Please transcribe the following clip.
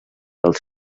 dels